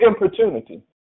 importunity